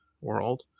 world